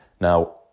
Now